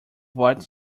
what